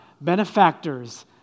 benefactors